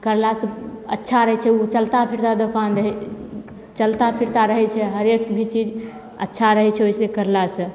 करलासे अच्छा रहै छै ओ चलता फिरता दोकान रहै चलता फिरता रहै छै हरेक भी चीज अच्छा रहै छै ओहिके करलासे